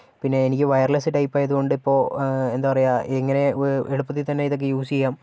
പിന്നെ എനിക്ക് വയർലെസ്സ് ടൈപ്പായതുകൊണ്ട് ഇപ്പൊൾ എന്താ പറയുക ഇങ്ങനെ എളുപ്പത്തിൽ തന്നെ ഇതൊക്കെ യുസ് ചെയ്യാം